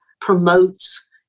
promotes